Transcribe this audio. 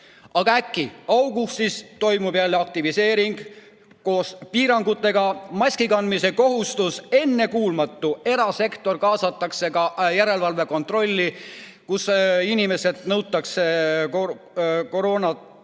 Aga äkki augustis toimub jälle aktiviseering koos piirangutega. Maskikandmise kohustus. Ennekuulmatu, et erasektor kaasatakse järelevalvekontrolli, inimeselt nõutakse koroonatesti